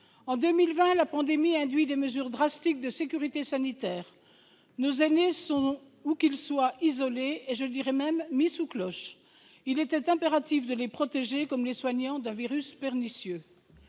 En 2020, la pandémie induit des mesures drastiques de sécurité sanitaire : nos aînés sont, où qu'ils soient, isolés et même mis sous cloche. S'il était impératif de les protéger, comme les soignants, d'un virus pernicieux,